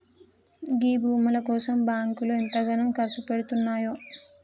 గీ భూముల కోసం బాంకులు ఎంతగనం కర్సుపెడ్తున్నయో